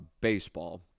baseball